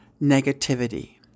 negativity